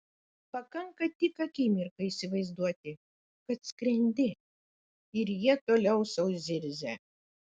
pakanka tik akimirką įsivaizduoti kad skrendi ir jie toliau sau zirzia